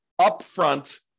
upfront